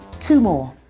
two more.